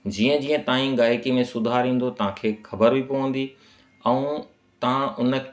जीअं जीअं तव्हांजी गायकीअ में सुधार ईंदो तव्हांखे ख़बर बि पवंदी ऐं तव्हां हुन